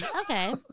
okay